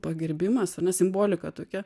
pagerbimas ar ne simbolika tokia